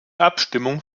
abstimmung